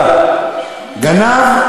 "גנב,